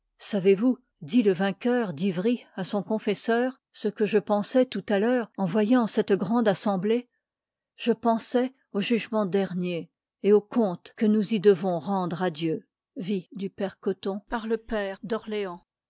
savez-vous dit le vain ï du p cotton queur d'ivry à son confesseur ce que je jqj igg pensois tout à l'heure en voyant cette grande assemble j e pensois au jugement j dernier et au compte que nous y devons rendre à dieu les gardes de